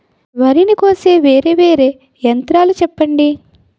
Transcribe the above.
వరి ని కోసే వేరా వేరా యంత్రాలు చెప్పండి?